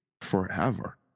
forever